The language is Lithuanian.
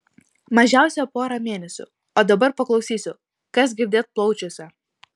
mažiausia porą mėnesių o dabar paklausysiu kas girdėt plaučiuose